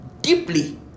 deeply